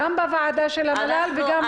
גם בוועדה של המל"ל וגם פה.